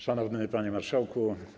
Szanowny Panie Marszałku!